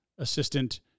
assistant